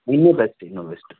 ಇನ್ನೂ ಬೆಸ್ಟ್ ಇನ್ನೂ ಬೆಸ್ಟ್